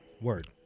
Word